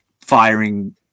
firing